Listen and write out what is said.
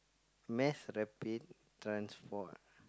mass rapid transport